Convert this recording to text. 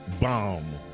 bomb